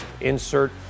insert